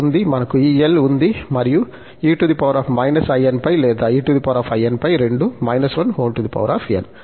మనకు ఈ l ఉంది మరియు e−inπ లేదా einπ రెండూ −1 n